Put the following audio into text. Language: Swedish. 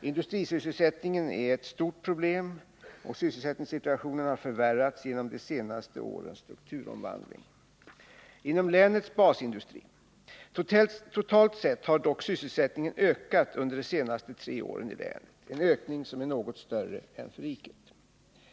Industrisysselsättningen är ett stort problem, och sysselsättningssituationen har förvärrats genom de senaste åren strukturomvandling inom länets basindustri. Totalt sett har dock sysselsättningen ökat under de senaste tre åren i länet, en ökning som är något större än för riket.